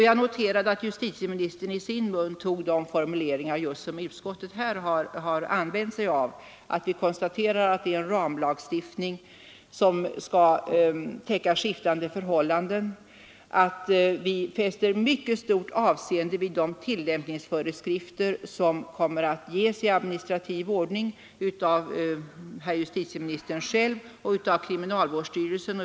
Jag noterade att justitieministern tog i sin mun de formuleringar som utskottet har använt, att detta är en ramlagstiftning som skall täcka skiftande förhållanden och att vi fäster mycket stort avseende vid de tillämpningsföreskrifter som kommer att ges i administrativ ordning av herr justitieministern själv och av kriminalvårdsstyrelsen.